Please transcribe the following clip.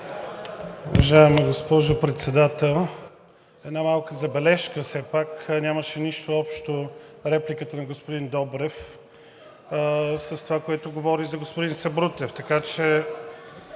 Уважаема госпожо Председател, една малка забележка все пак – нямаше нищо общо репликата на господин Добрев с това, за което говори господин Сабрутев, така че,